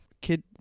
kid-